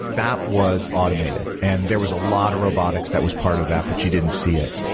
that was automated. and there was a lot of robotics that was part of that, but you didn't see it.